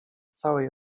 całej